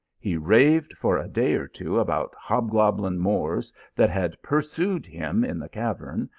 he raved for a day or two about hobgoblin moors that had pursued him in the cavern,